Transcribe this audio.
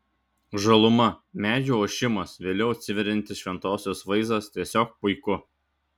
žaluma medžių ošimas vėliau atsiveriantis šventosios vaizdas tiesiog puiku